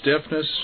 stiffness